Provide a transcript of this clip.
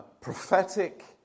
prophetic